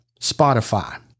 Spotify